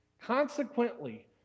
Consequently